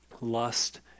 lust